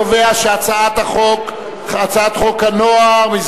הצעת חוק הנוער (טיפול והשגחה) (תיקון,